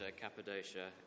Cappadocia